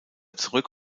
zurück